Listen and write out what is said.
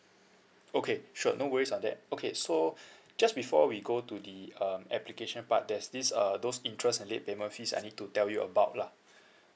okay sure no worries on that okay so just before we go to the uh application part there's this uh those interest and late payment fees I need to tell you about lah